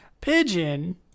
Pigeon